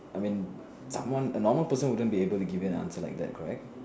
I mean someone a normal person wouldn't be able to give you an answer like that correct